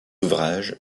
ouvrages